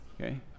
Okay